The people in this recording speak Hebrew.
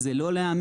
איזו לא לאמץ?